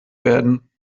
werden